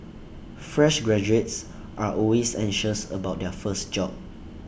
fresh graduates are always anxious about their first job